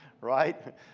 right